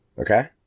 Okay